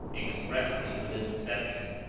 expressly for this deception.